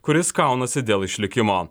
kuris kaunasi dėl išlikimo